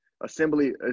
assembly